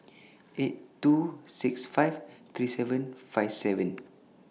eight two six five three seven five seven